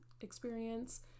experience